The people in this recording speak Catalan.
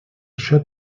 això